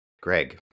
Greg